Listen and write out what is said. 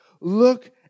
Look